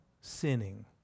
sinning